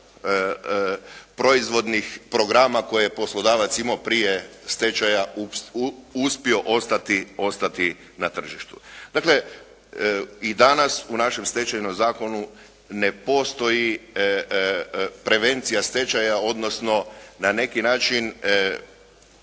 proizvodnih programa koje je poslodavac imao prije stečaja uspio ostati na tržištu. Dakle i danas u našem Stečajnom zakonu ne postoji prevencija stečaja, odnosno na neki način